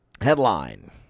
headline